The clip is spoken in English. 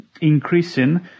increasing